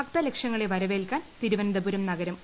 ഭക്തലക്ഷങ്ങളെ വരവേൽക്കാൻ തിരുവനന്തപുരം നഗരം ഒരുങ്ങി